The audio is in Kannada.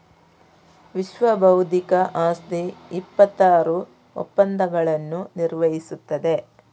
ವಿಶ್ವಬೌದ್ಧಿಕ ಆಸ್ತಿ ಇಪ್ಪತ್ತಾರು ಒಪ್ಪಂದಗಳನ್ನು ನಿರ್ವಹಿಸುತ್ತದೆ